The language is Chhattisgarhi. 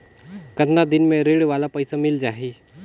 कतना दिन मे ऋण वाला पइसा मिल जाहि?